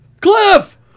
Cliff